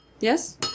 Yes